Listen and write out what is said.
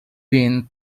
been